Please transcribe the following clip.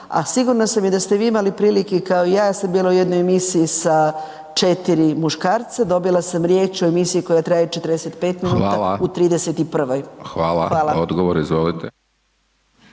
sigurna sam i da ste vi imali prilike, kao i ja, ja sam bila u jednoj emisiji sa 4 muškarca, dobila sam riječ u emisiji koja traje 45 minuta .../Upadica: Hvala./... u 31.